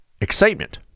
excitement